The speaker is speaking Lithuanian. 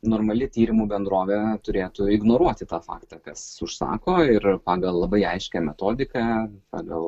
normali tyrimų bendrovė turėtų ignoruoti tą faktą kas užsako ir pagal labai aiškią metodiką pagal